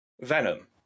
Venom